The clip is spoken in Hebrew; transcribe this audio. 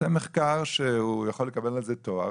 זה מחקר שהוא יכול לקבל עליו תואר,